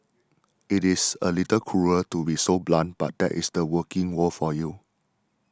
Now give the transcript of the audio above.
it is a little cruel to be so blunt but that is the working world for you